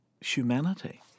humanity